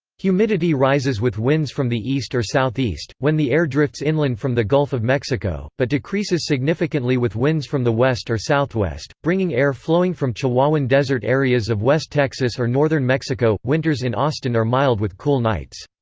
humidity rises with winds from the east or southeast, when the air drifts inland from the gulf of mexico, but decreases significantly with winds from the west or southwest, bringing air flowing from chihuahuan desert areas of west texas or northern mexico winters in austin are mild with cool nights.